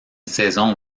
saison